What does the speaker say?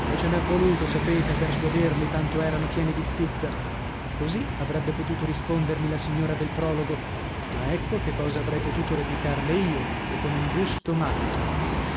e ce n'è voluto sapete a persuaderli tanto erano pieni di stizza così avrebbe potuto rispondermi la signora del prologo ma ecco che cosa avrei potuto replicarle io e con un gusto matto